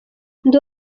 ndi